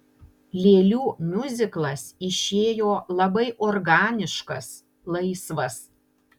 lėlių miuziklas išėjo labai organiškas laisvas